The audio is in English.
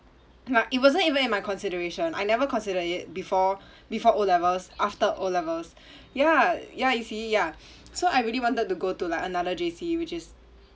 it wasn't even in my consideration I never consider it before before O levels after O levels ya ya you see ya so I really wanted to go to like another J_C which is